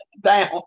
down